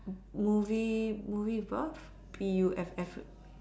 movie movie Puff P U F F